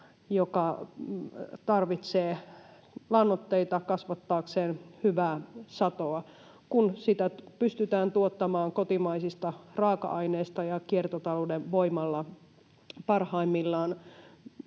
joka tarvitsee lannoitteita kasvattaakseen hyvää satoa. Kun sitä pystytään tuottamaan kotimaisista raaka-aineista ja kiertotalouden voimalla, parhaimmillaan